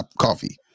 coffee